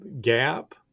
gap